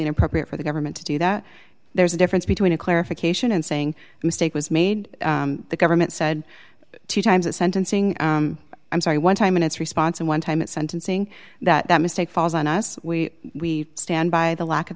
inappropriate for the government to do that there's a difference between a clarification and saying a mistake was made the government said two times at sentencing i'm sorry one time in its response and one time at sentencing that mistake falls on us we stand by the lack of